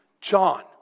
John